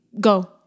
go